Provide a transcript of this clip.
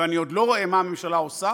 ואני עוד לא רואה מה הממשלה עושה.